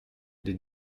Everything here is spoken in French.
les